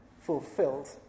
fulfilled